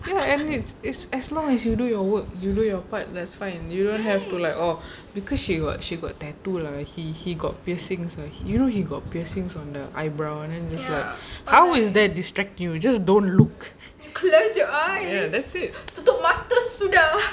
ya and it's as long as you do your work you do your part that's fine you don't have to like oh because she got she got tattoo lah he he got piercings ah you know he got piercings on the eyebrow and then just like how is that distract you you just don't look ya that's it